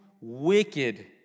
wicked